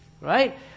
right